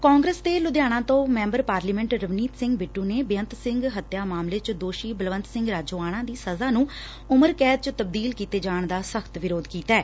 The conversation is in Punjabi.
ਕਾਂਗਰਸ ਦੇ ਲੁਧਿਆਣਾ ਤੋ ਮੈਬਰ ਪਾਰਲੀਮੈਟ ਰਵਨੀਤ ਸਿੰਘ ਬਿੱਟੂ ਨੇ ਬੇਅੰਤ ਸਿੰਘ ਹੱਤਿਆ ਮਾਮਲੇ ਚ ਦੋਸ਼ੀ ਬਲਵੰਤ ਸਿੰਘ ਰਾਜੋਆਣਾ ਦੀ ਸਜ਼ਾ ਨੂੰ ਉਮਰ ਕੈਦ ਚ ਤਬਦੀਲ ਕੀਤੇ ਜਾਣ ਦਾ ਸਖ਼ਤ ਵਿਰੋਧ ਕੀਤੈ